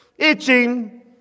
itching